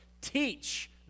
teach